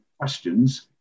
questions